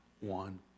one